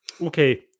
okay